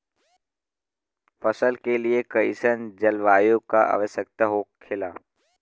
फसल के लिए कईसन जलवायु का आवश्यकता हो खेला?